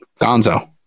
Gonzo